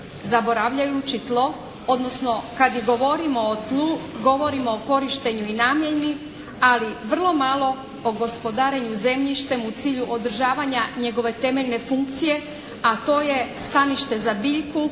zaboravljajući tlo odnosno kad i govorimo o tlu govorimo o korištenju i namjeni ali vrlo malo o gospodarenju zemljištem u cilju održavanja njegove temeljne funkcije, a to je stanište za biljku,